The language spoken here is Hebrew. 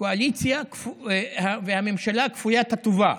הקואליציה והממשלה כפוית הטובה,